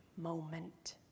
moment